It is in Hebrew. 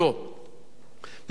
מה שנכון לעשות, עשו.